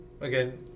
again